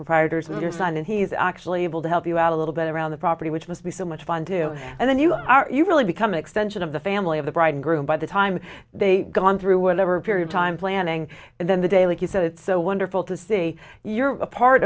proprietors and your son and he's actually able to help you out a little bit around the property which must be so much fun doing and then you are you really become extension of the family of the bride and groom by the time they gone through whatever period of time planning and then the day like you said it's so wonderful to see you're a part